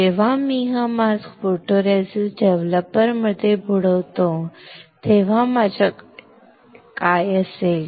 जेव्हा मी हा मास्क फोटोरेसिस्ट डेव्हलपरमध्ये बुडवतो तेव्हा माझ्याकडे काय असेल